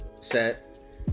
set